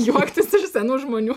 juoktis iš senų žmonių